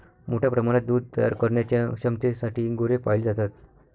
मोठ्या प्रमाणात दूध तयार करण्याच्या क्षमतेसाठी गुरे पाळली जातात